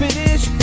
finish